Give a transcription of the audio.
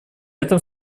этом